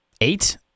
Eight